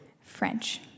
French